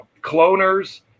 cloners